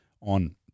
on